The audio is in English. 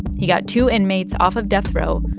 he got two inmates off of death row,